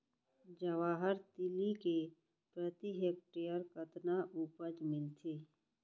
जवाहर तिलि के प्रति हेक्टेयर कतना उपज मिलथे?